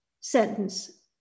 sentence